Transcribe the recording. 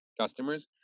customers